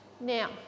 Now